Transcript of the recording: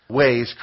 ways